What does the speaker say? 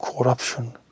corruption